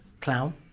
clown